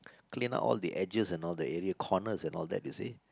clean up all the edges and all that area corners and all that you see